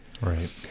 right